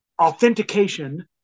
authentication